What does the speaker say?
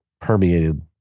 permeated